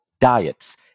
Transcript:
diets